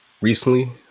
recently